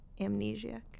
amnesiac